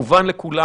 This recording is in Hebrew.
מובן לכולם